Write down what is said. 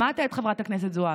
שמעת את חברת הכנסת זועבי.